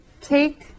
take